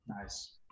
Nice